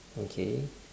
okay